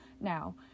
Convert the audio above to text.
Now